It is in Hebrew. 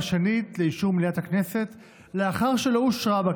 בשמו של